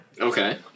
Okay